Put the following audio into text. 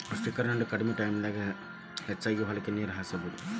sprinkler ನಿಂದ ಕಡಮಿ ಟೈಮನ್ಯಾಗ ಹೆಚಗಿ ಹೊಲಕ್ಕ ನೇರ ಹಾಸಬಹುದು